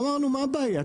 אמרנו מה הבעיה,